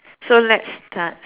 so let's start